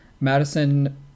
Madison